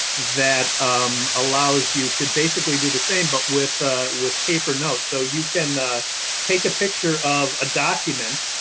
that um allows you to basically do the same but with ah with paper notes. so you can take a picture of a document.